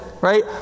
right